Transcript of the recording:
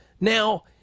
Now